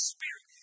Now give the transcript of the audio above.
Spirit